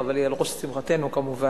שמחתנו, אבל היא על ראש שמחתנו כמובן,